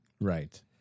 Right